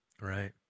Right